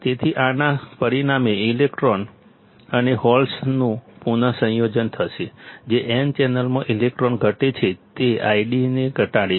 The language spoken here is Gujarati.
તેથી આના પરિણામે ઇલેક્ટ્રોન અને હોલ્સનું પુનસંયોજન થશે જે N ચેનલમાં ઇલેક્ટ્રોન ઘટે છે ID ને ઘટાડે છે